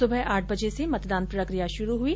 सुबह आठ बजे से मतदान प्रकिया शुरू हुई